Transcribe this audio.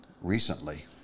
Recently